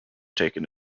taken